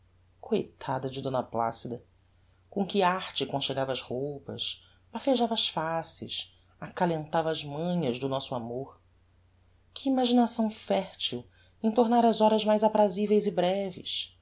coitada de d placida com que arte conchegava as roupas bafejava as faces acalentava as manhas do nosso amor que imaginação fertil em tornar as horas mais apraziveis e breves